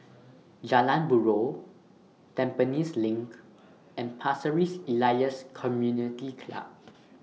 Jalan Buroh Tampines LINK and Pasir Ris Elias Community Club